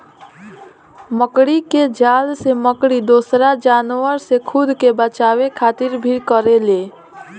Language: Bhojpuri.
मकड़ी के जाल से मकड़ी दोसरा जानवर से खुद के बचावे खातिर भी करेले